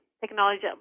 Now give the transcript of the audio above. technology